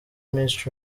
miss